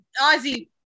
Ozzy